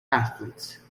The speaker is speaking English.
athletes